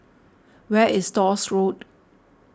where is Stores Road